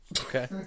Okay